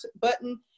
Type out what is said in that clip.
button